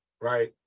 right